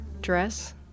dress